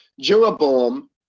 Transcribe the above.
jeroboam